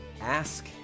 Ask